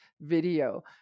video